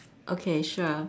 okay sure